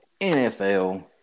NFL